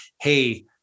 Hey